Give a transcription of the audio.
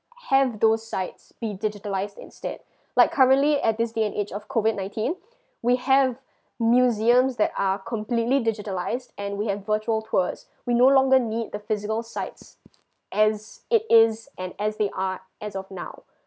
have those sites be digitalized instead like currently at this day and age of COVID nineteen we have museums that are completely digitalized and we have virtual tours we no longer needs the physical sites as it is and as they are as of now